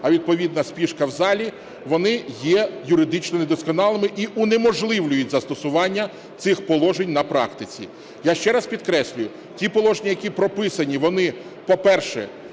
відповідна спішка в залі, вони є юридично недосконалими і унеможливлюють застосування цих положень на практиці. Я ще раз підкреслюю, ті положення, які прописані, вони, по-перше,